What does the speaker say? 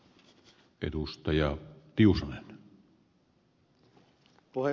tämä oli kevennys